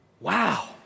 Wow